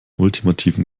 ultimativen